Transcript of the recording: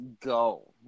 go